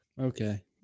Okay